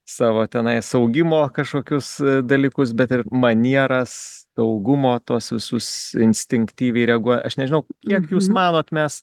savo tenais augimo kažkokius dalykus bet ir manieras saugumo tuos visus instinktyviai reaguoja aš nežinau kiek jūs manot mes